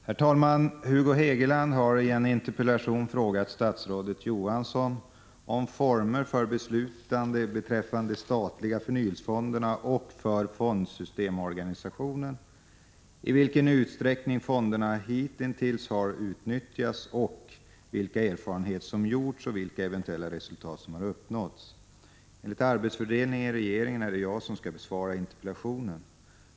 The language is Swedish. Herr talman! Hugo Hegeland har i en interpellation frågat statsrådet Bengt K. Å. Johansson om —- i vilken utsträckning fonderna hittills har utnyttjats och - vilka erfarenheter som gjorts och vilka eventuella resultat som har uppnåtts. Enligt arbetsfördelningen i regeringen är det jag som skall besvara interpellationen.